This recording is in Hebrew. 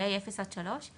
לגילאי 0 עד 3,